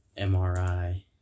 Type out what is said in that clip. MRI